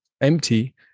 empty